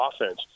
offense